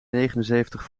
negenenzeventig